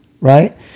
right